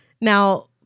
Now